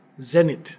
zenith